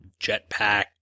jetpack